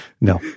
No